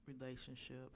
relationship